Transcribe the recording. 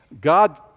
God